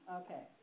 okay